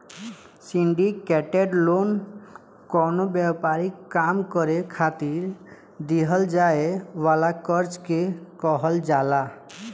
syndicated loan कवनो व्यापारिक काम करे खातिर दीहल जाए वाला कर्जा के कहल जाला